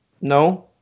No